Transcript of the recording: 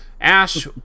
Ash